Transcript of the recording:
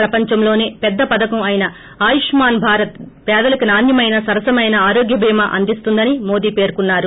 ప్రపంచంలోనే పెద్ద పధకం అయిన ఆయుష్మాన్ భారత్ పేదలకి నాణ్యమైన సరసమైన ఆరోగ్య భీమ అందిస్తోందని మోదీ పేర్కొన్నారు